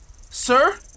Sir